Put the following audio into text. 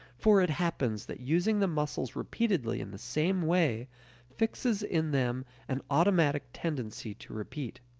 for it happens that using the muscles repeatedly in the same way fixes in them an automatic tendency to repeat.